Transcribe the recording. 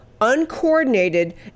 uncoordinated